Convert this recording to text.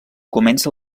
comença